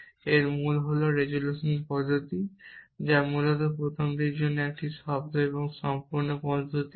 এবং এর মূল হল রেজোলিউশন পদ্ধতি যা মূলত যুক্তির প্রথমটির জন্য একটি শব্দ এবং সম্পূর্ণ পদ্ধতি